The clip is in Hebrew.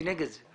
אני נגד זה.